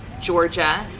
Georgia